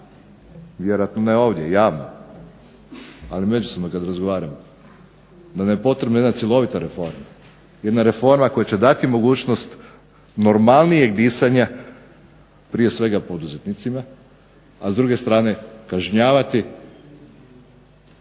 Vjerojatno ne ovdje javno, ali međusobno kad razgovaramo, da nam je potrebna jedna cjelovita reforma, jedna reforma koja će dati mogućnost normalnijeg disanja prije svega poduzetnicima, a s druge strane kažnjavati